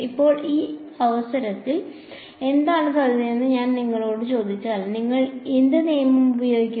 ഇപ്പോൾ ഇവിടെ ഈ അവസരത്തിൽ എന്താണ് സാധ്യതയെന്ന് ഞാൻ നിങ്ങളോട് ചോദിച്ചാൽ നിങ്ങൾ എന്ത് നിയമം ഉപയോഗിക്കും